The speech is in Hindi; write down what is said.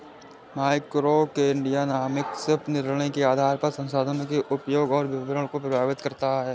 माइक्रोइकोनॉमिक्स निर्णयों के आधार पर संसाधनों के उपयोग और वितरण को प्रभावित करता है